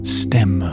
stem